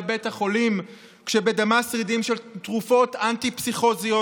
לבית החולים כשבדמה שרידים של תרופות אנטי-פסיכוטיות,